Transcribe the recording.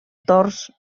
torns